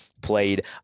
played